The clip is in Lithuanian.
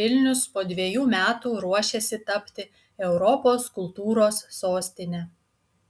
vilnius po dviejų metų ruošiasi tapti europos kultūros sostine